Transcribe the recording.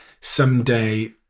someday